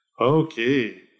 Okay